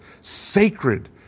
sacred